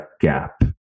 gap